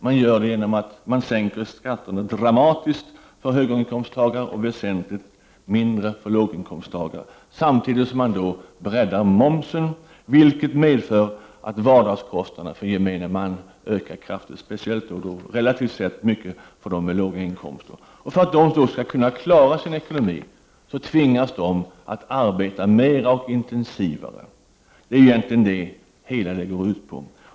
Man gör det genom att man sänker skatterna dramatiskt för höginkomsttagare och väsentligt mindre för låginkomsttagare, samtidigt som man då breddar momsen, vilket medför att vardagskostnaderna för gemene man ökar kraftigt, speciellt då relativt sett mycket för dem med låga inkomster. För att de då skall kunna klara sin ekonomi tvingas de att arbeta mera och intensivare. Det är egentligen det som det hela går ut på.